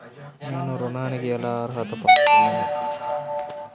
నేను ఋణానికి ఎలా అర్హత పొందగలను?